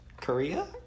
Korea